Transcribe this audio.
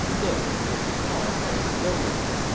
this is the cause of your illness.